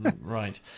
Right